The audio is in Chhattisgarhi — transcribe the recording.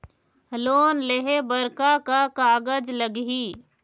लोन लेहे बर का का कागज लगही?